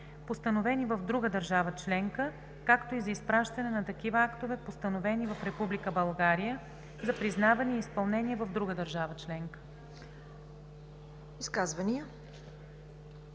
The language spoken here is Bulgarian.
постановени в друга държава членка, както и за изпращане на такива актове, постановени в Република България, за признаване и изпълнение в друга държава членка.“